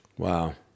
Wow